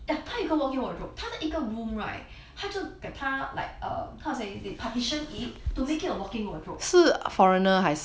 ya 他有一个 walk-in wardrobe 他的一个 room right 她 like err how to say they partitioned it to make it a walk-in wardrobe